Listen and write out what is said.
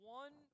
one